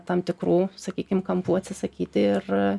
tam tikrų sakykim kampų atsisakyti ir